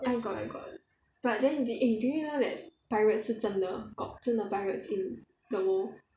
I got I got but then eh did you know pirates 是真的 got 真的 pirates in the world